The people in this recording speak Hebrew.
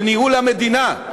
של ניהול המדינה,